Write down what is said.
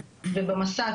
ובמסד,